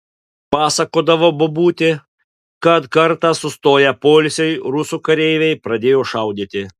pasakodavo bobutė kad kartą sustoję poilsiui rusų kareiviai pradėję šaudyti